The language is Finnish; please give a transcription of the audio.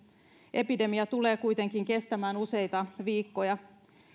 epidemia tulee kuitenkin kestämään useita viikkoja